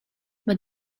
but